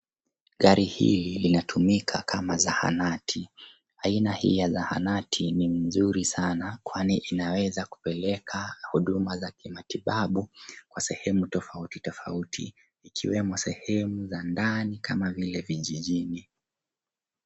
Gari hili linatumika kama zahanati. Aina hii ya zahanati ni nzuri sana kwani inaweza kupeleka huduma za kimatibabu kwa sehemu tofauti tofauti, ikiwemo sehemu za ndani kama vile vijijini.